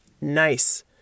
Nice